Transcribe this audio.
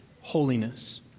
holiness